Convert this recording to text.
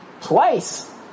Twice